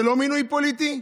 זה לא מינוי פוליטי?